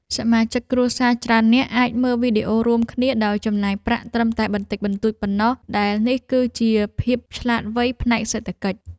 សមាជិកគ្រួសារច្រើននាក់អាចមើលវីដេអូរួមគ្នាដោយចំណាយប្រាក់ត្រឹមតែបន្តិចបន្តួចប៉ុណ្ណោះដែលនេះគឺជាភាពឆ្លាតវៃផ្នែកសេដ្ឋកិច្ច។